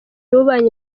w’ububanyi